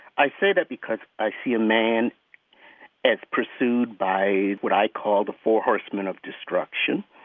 i say that because i see a man as pursued by what i call the four horsemen of destruction,